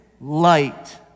light